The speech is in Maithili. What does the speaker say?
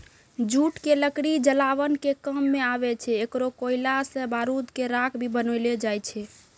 जूट के लकड़ी जलावन के काम मॅ आवै छै, एकरो कोयला सॅ बारूद के राख भी बनैलो जाय छै